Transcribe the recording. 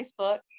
Facebook